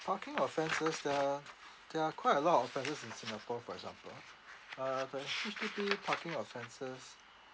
parking offences the there are quite a lot of offences in singapore for example uh the H_D_B parking offences